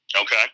Okay